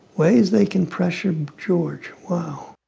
ways they can pressure george. wow